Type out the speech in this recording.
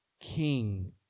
King